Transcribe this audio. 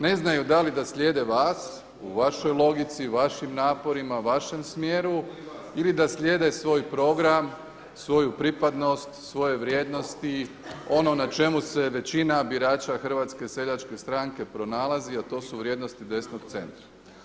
Ne znaju da li da slijede vas u vašoj logici, u vašim naporima, vašem smjeru ili da slijede svoj program, svoju pripadnost, svoje vrijednosti, ono na čemu se većina birača Hrvatske seljačke stranke pronalazi, a to su vrijednosti desnog centra.